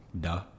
Duh